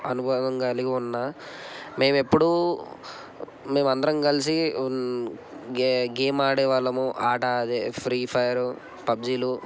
అనుభవం కలిగి ఉన్నాను మేము ఎప్పుడు మేము అందరం కలిసి గే గేమ్ ఆడే వాళ్ళము ఆట అదే ఫ్రీ ఫైర్ పబ్జీలు